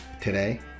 today